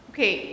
Okay